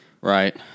Right